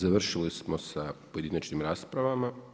Završili smo sa pojedinačnim raspravama.